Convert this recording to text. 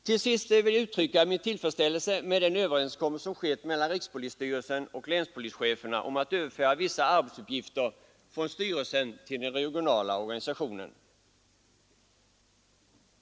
Till sist vill jag uttrycka min tillfredsställelse med den överenskommelse som skett mellan rikspolisstyrelsen och länspolischeferna om att överföra vissa arbetsuppgifter från styrelsen till den regionala organisationen.